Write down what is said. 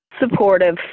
Supportive